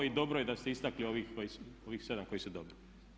Dobro je da ste istakli ovih 7 koji su dobri.